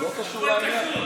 הכול קשור.